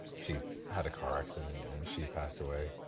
she had a car accident. and she passed away.